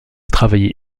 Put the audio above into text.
travaillé